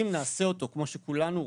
אם נעשה אותו כמו שכולנו רוצים,